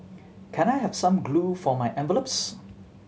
can I have some glue for my envelopes